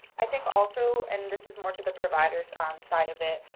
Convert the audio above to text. i think also, and this is more to the providers' um side of it,